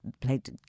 played